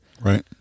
Right